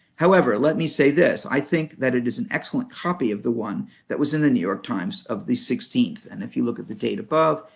however, let me say this, i think that it is an excellent copy of the one that was in the new york times of the sixteenth. and if you look at the date above,